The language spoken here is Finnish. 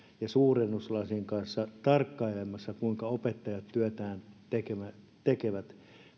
ja suurennuslasin kanssa tarkkailemassa kuinka opettajat työtään tekevät